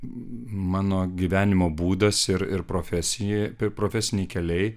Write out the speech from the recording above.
mano gyvenimo būdas ir ir profesija ir profesiniai keliai